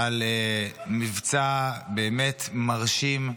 על מבצע באמת מרשים,